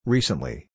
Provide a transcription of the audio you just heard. Recently